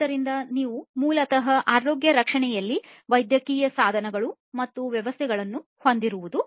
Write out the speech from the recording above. ಆದ್ದರಿಂದ ಇವು ಮೂಲತಃ ಆರೋಗ್ಯ ರಕ್ಷಣೆಯಲ್ಲಿ ವೈದ್ಯಕೀಯ ಸಾಧನಗಳು ಮತ್ತು ವ್ಯವಸ್ಥೆಗಳನ್ನು ಹೊಂದಿರುವುದು